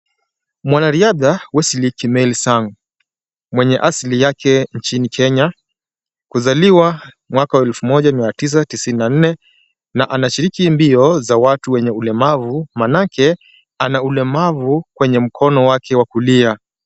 Mwanariadha Wesley Kimeli Sang, mwenye asili yake nchini kenya. Kuzaliwa mwaka wa elfu moja mia tisa tisini na nne na anashiriki mbio za watu wenye ulemavu manake ana ulemavu kwenye mkono wake wa kulia.